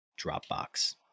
Dropbox